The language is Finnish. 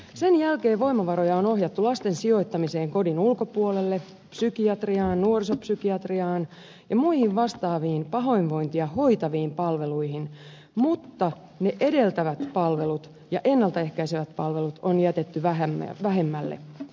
sen jälkeen voimavaroja on ohjattu lasten sijoittamiseen kodin ulkopuolelle psykiatriaan nuorisopsykiatriaan ja muihin vastaaviin pahoinvointia hoitaviin palveluihin mutta ne edeltävät palvelut ja ennalta ehkäisevät palvelut on jätetty vähemmälle